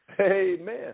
Amen